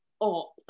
up